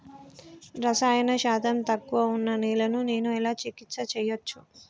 రసాయన శాతం తక్కువ ఉన్న నేలను నేను ఎలా చికిత్స చేయచ్చు?